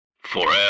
forever